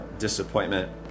disappointment